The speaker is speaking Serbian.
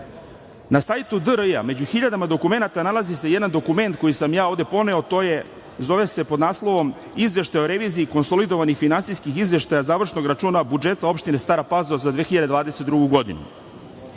Na sajtu DRI-a među hiljadama dokumenata nalazi se jedan dokument koji sam ja ovde poneo to je, zove pod naslovom „Izveštaj o reviziji konsolidovanih finansijskih izveštaja završnog računa budžeta opštine Stara Pazova za 2022. godinu“,